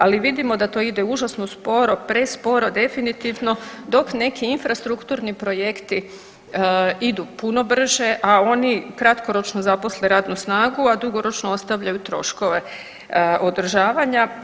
Ali vidimo da to ide užasno sporo, presporo definitivno dok neki infrastrukturni projekti idu puno brže, a oni kratkoročno zaposle radnu snagu, a dugoročno ostavljaju troškove održavanja.